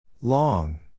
Long